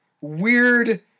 weird